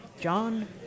John